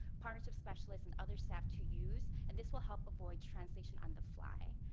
partnership specialists and other staff to use and this will help avoid translation on the fly.